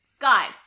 Guys